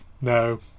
no